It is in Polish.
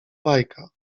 bajka